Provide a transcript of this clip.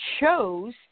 chose